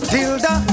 Tilda